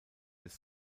des